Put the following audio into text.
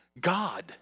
God